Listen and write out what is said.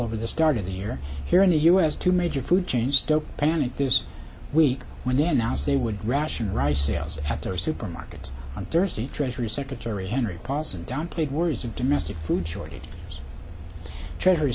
over the start of the year here in the u s two major food chains don't panic this week when they announced they would ration rice sales at their supermarkets on thursday treasury secretary henry paulson downplayed worries of domestic food shortage treasury